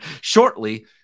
shortly